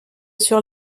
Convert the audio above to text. sur